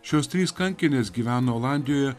šios trys kankinės gyveno olandijoje